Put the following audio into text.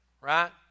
right